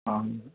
అవును